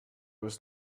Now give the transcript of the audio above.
was